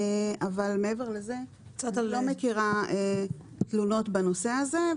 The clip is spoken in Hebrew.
אבל מעבר לזה אני לא מכירה תלונות בנושא הזה.